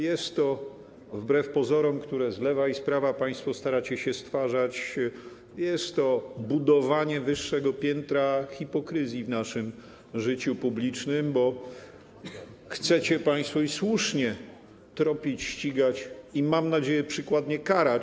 Jest to wbrew pozorom, które z lewa i z prawa państwo staracie się stwarzać, budowanie wyższego piętra hipokryzji w naszym życiu publicznym, bo chcecie państwo - i słusznie - tropić, ścigać i, mam nadzieję, przykładnie karać.